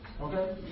Okay